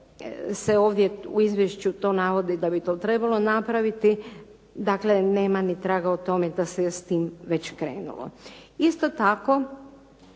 se ovdje u izvješću navodi da bi to trebalo napraviti, dakle nema ni traga o tome da se s tim već krenulo. Isto tako,